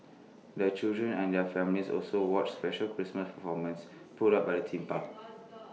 the children and their families also watched special Christmas performances put up by the theme park